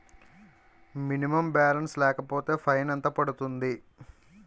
Minimum balance లేకపోతే fine ఎంత పడుతుంది?